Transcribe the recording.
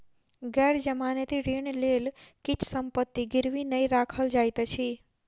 गैर जमानती ऋणक लेल किछ संपत्ति गिरवी नै राखल जाइत अछि